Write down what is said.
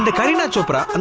and kareena chopra um